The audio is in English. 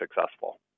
successful